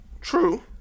True